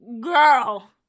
Girl